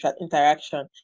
interaction